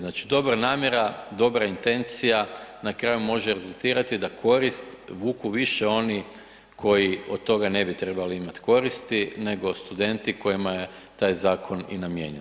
Znači, dobra namjera, dobra intencija, na kraju može rezultirati da korist vuku više oni koji od toga ne bi trebali imati koristi nego studenti kojima je taj zakon i namijenjen.